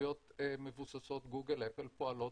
טכנולוגיות מבוססות גוגל-אפל פועלות